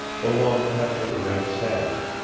the long tasselled red sash.